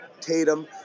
Tatum